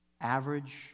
average